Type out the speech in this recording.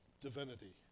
divinity